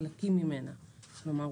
חלקים ממנה - כלומר,